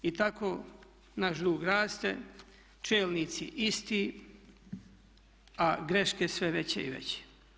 I tako naš dug raste, čelnici isti, a greške sve veće i veće.